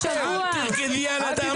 -- אל תרקדי על הדם